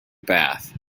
bath